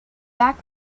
back